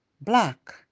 black